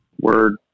word